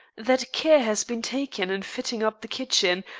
that care has been taken in fitting up the kitchen,